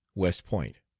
west point.